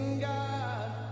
God